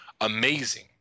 amazing